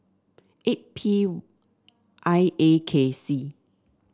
eight P I A K C